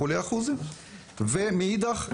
ומאידך,